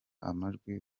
amajwi